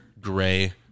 gray